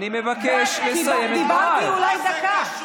דיברתי אולי דקה.